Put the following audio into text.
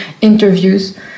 interviews